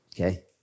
okay